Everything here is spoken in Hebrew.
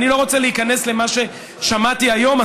אני לא רוצה להיכנס למה ששמעתי היום,